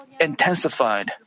intensified